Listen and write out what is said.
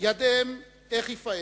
ידעם איך יפארו,